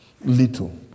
Little